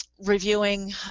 reviewing